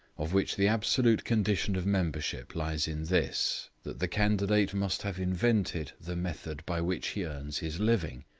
of which the absolute condition of membership lies in this, that the candidate must have invented the method by which he earns his living.